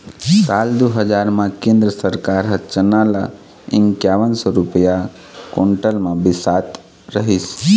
साल दू हजार म केंद्र सरकार ह चना ल इंकावन सौ रूपिया कोंटल म बिसात रहिस